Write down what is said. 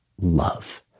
love